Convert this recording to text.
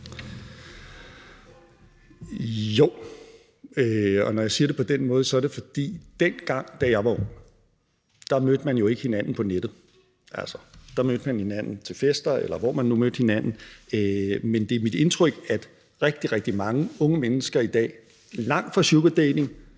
Jo. Og når jeg siger det på den måde, skyldes det, at dengang jeg var ung, mødte man jo ikke hinanden på nettet. Der mødte man hinanden til fester, eller hvor man nu mødte hinanden. Men det er mit indtryk, at rigtig, rigtig mange unge mennesker i dag, langt fra sugardating,